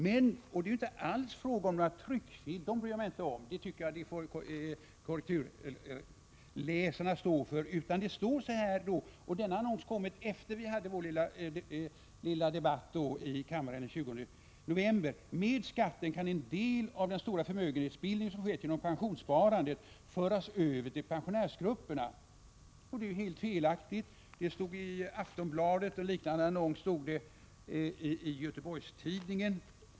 Det är ju inte alls fråga om några tryckfel. Dessa bryr jag mig inte om, dem får korrekturläsarna rätta till. Efter vår lilla debatt kunde man i Aftonbladet den 22 november läsa följande: ”Med skatten kan en del av den stora förmögenhetsbildning som skett genom pensionssparandet föras över till de stora pensionärsgrupperna.” Detta är ju helt felaktigt. En liknande annons var införd i Göteborgs-Tidningen.